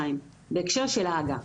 בהקשר של הג"א.